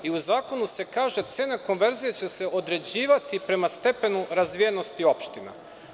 U zakonu se kaže – cena konverzije će se određivati prema stepenu razvijenosti opština.